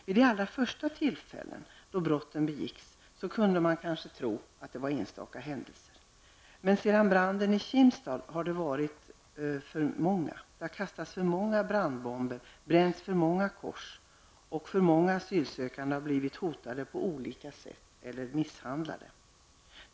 Vid de första tillfällena då brott begicks kunde man kanske tro att det rörde sig om enstaka händelser. Sedan branden i Kimstad har det dock varit för många. Det har kastats för många brandbomber, bränts för många kors, och för många asylsökande har blivit hotade på olika sätt eller blivit misshandlade.